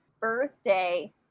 birthday